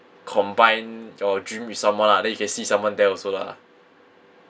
combine your dream with someone lah then you can see someone there also lah